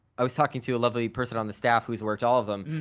i was talking to a lovely person on the staff who's worked all of them,